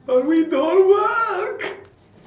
for me don't work